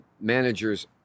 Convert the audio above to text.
manager's